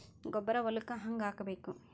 ಗೊಬ್ಬರ ಹೊಲಕ್ಕ ಹಂಗ್ ಹಾಕಬೇಕು?